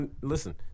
listen